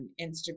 Instagram